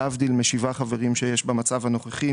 להבדיל משבעה חברים שיש במצב הנוכחי,